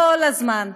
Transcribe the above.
כל הזמן.